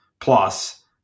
plus